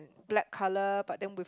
black colour but then with